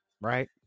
right